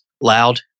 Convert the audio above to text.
Loud